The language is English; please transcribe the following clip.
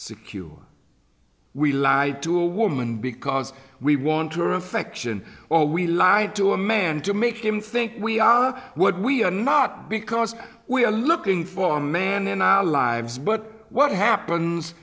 secure we lie to a woman because we want your affection or we lie to a man to make him think we are what we are not because we are looking for a man in our lives but what happens